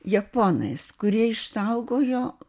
japonais kurie išsaugojo